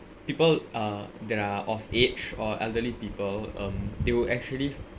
people uh that are of age or elderly people um they will actually